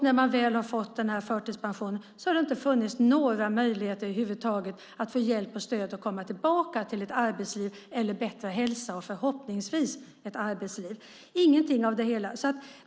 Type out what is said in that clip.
När de väl har fått förtidspension har det inte funnits några möjligheter över huvud taget att få hjälp och stöd att komma tillbaka till ett arbetsliv eller till bättre hälsa och förhoppningsvis ett arbetsliv.